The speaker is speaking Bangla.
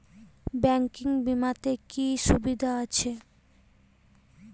ব্যাঙ্কিং বিমাতে কি কি সুবিধা আছে?